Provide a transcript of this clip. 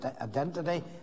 identity